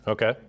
Okay